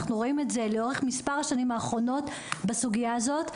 אנחנו רואים את זה לאורך מספר השנים האחרונות בסוגיה הזאת,